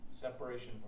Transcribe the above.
Separation